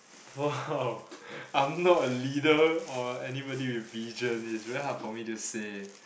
!wow! I'm not a leader or anybody with vision is very hard for me to say